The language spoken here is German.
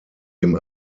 dem